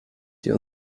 die